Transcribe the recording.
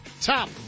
top